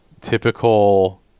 typical